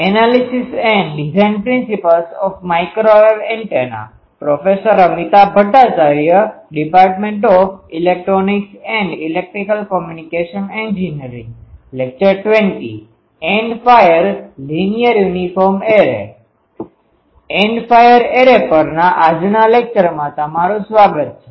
and fire array પરના આજના લેકચરમાં તમારું સ્વાગત છે